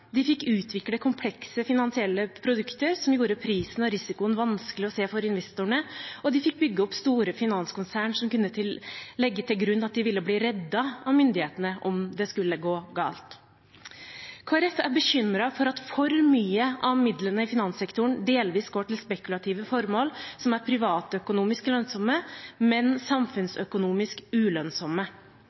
De fikk utvikle komplekse finansielle produkter som gjorde prisen og risikoen vanskelig å se for investorene, og de fikk bygge opp store finanskonsern som kunne legge til grunn at de ville bli reddet av myndighetene om det skulle gå galt. Kristelig Folkeparti er bekymret for at for mye av midlene i finanssektoren delvis går til spekulative formål som er privatøkonomisk lønnsomme, men samfunnsøkonomisk ulønnsomme.